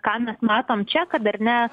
ką mes matom čia kad ar ne